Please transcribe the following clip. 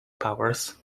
powers